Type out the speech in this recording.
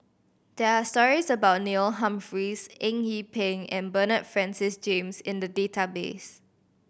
there are stories about Neil Humphreys Eng Yee Peng and Bernard Francis James in the database